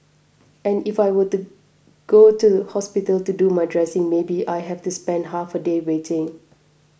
and if I would go to the hospital to do my dressing maybe I have to spend half a day waiting